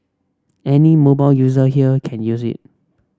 any mobile user here can use it